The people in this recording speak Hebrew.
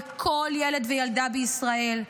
לכל ילד וילדה בישראל.